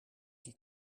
die